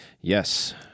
Yes